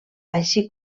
així